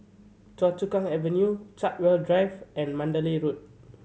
Choa Chu Kang Avenue Chartwell Drive and Mandalay Road